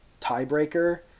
tiebreaker